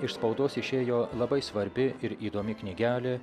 iš spaudos išėjo labai svarbi ir įdomi knygelė